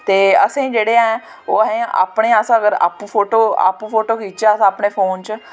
ते असें जेह्ड़े ऐं ओह् असें अपने अगर फोटो आपूं फोटो खिचचै अस अपने फोन च